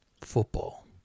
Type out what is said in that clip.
Football